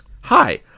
Hi